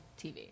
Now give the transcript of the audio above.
tv